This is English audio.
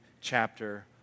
chapter